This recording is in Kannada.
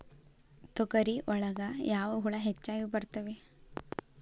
ತೊಗರಿ ಒಳಗ ಯಾವ ಹುಳ ಹೆಚ್ಚಾಗಿ ಬರ್ತವೆ?